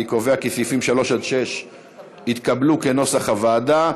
אני קובע כי סעיפים 3 6 התקבלו כנוסח הוועדה,